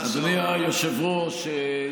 אדוני היושב-ראש,